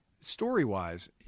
Story-wise